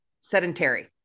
sedentary